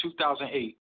2008